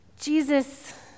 Jesus